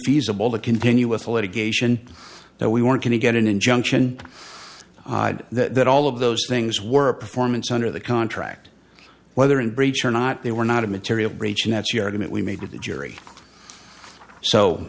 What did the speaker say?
feasible to continue with litigation that we weren't going to get an injunction that all of those things were a performance under the contract whether in breach or not they were not a material breach and that's the argument we made to the jury so